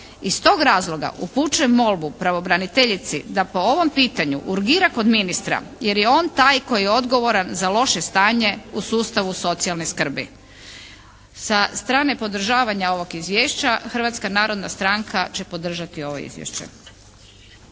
Iz tog razloga upućujem molbu pravobraniteljici da po ovom pitanju urgira kod ministra jer je on taj koji je odgovoran za loše stanje u sustavu socijalne skrbi. Sa strane podržavanja ovog izvješća Hrvatska narodna stranka će podržati ovo izvješće.